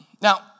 Now